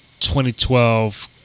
2012